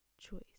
choice